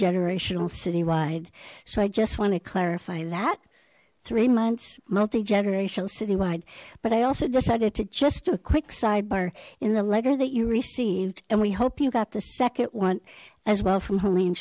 generational city wide so i just want to clarify that three months multi generational city wide but i also decided to just a quick sidebar in the letter that you received and we hope you got the second one as well from h